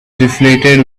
deflated